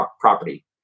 property